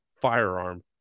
firearm